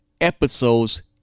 episodes